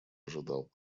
ожидал